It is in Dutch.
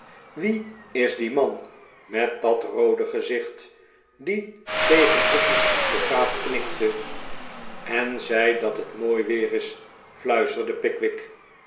wie is die man met dat roode gezicht die tegen onzen advocaat knikte en zei dat het mooi weer is fluisterde pickwick